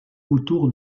autour